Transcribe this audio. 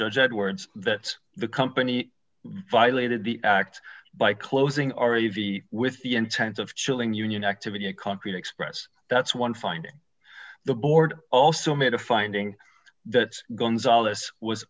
judge edwards that the company violated the act by closing r e v d with the intent of chilling union activity in concrete express that's one find the board also made a finding